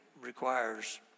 requires